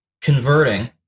converting